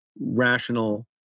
rational